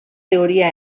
teoria